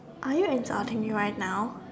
are you insulting me right now